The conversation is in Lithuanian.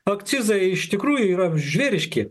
akcizai iš tikrųjų yra žvėriški